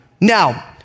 Now